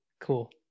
cool